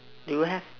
do you have